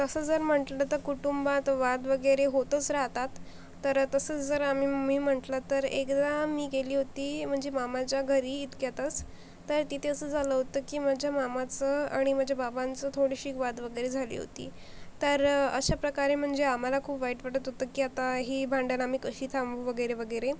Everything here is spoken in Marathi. तसं जर म्हटलं तर कुटुंबात वाद वगैरे होतच राहतात तर तसंच जर आम्ही मी म्हटलं तर एकदा मी गेली होती म्हणजे मामाच्या घरी इतक्यातच तर तिथे असं झालं होतं की माझ्या मामाचं आणि माझ्या बाबांचं थोडीशी वाद वगैरे झाली होती तर अशा प्रकारे म्हणजे आम्हाला खूप वाईट वाटत होतं की आता ही भांडण आम्ही कशी थांबवू वगैरे वगैरे